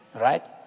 right